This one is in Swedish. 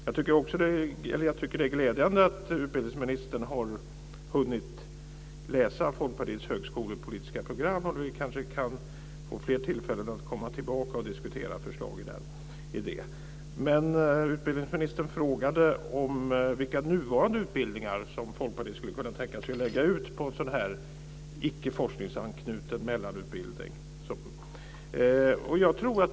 Jag tycker att det är glädjande att utbildningsministern har hunnit läsa Folkpartiets högskolepolitiska program, och vi kanske kan få fler tillfällen att komma tillbaka och diskutera förslag i det. Men utbildningsministern frågade vilka nuvarande utbildningar som Folkpartiet skulle kunna tänka sig att lägga ut på en sådan här icke forskningsanknuten mellanutbildning.